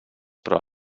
però